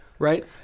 Right